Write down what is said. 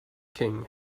king